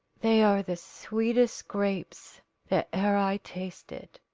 they are the sweetest grapes that e'er i tasted.